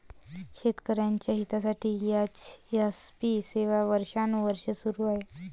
शेतकऱ्यांच्या हितासाठी एम.एस.पी सेवा वर्षानुवर्षे सुरू आहे